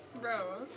bro